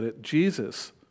Jesus